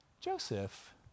Joseph